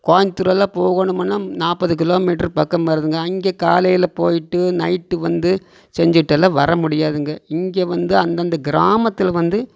கோயமுத்தூரெல்லாம் போகணுமுன்னால் நாற்பது கிலோமீட்டர் பக்கம் வருதுங்க அங்கேக் காலையில் போயிட்டு நைட்டு வந்து செஞ்சிட்டெல்லாம் வரமுடியாதுங்க இங்கே வந்து அந்தந்தக் கிராமத்தில் வந்து